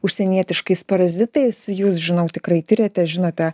užsienietiškais parazitais jūs žinau tikrai tiriate žinote